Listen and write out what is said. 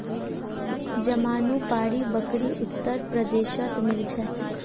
जमानुपारी बकरी उत्तर प्रदेशत मिल छे